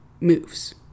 moves